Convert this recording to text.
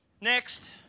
Next